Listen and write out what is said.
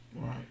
Right